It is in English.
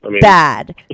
bad